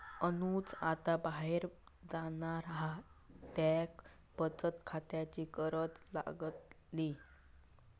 अनुज आता बाहेर जाणार हा त्येका बचत खात्याची गरज लागतली